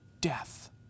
Death